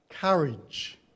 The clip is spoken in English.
courage